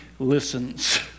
listens